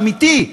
אמיתי.